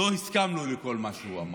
לא הסכמנו לכל מה שהוא אמר,